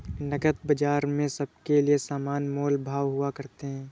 नकद बाजार में सबके लिये समान मोल भाव हुआ करते हैं